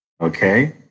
Okay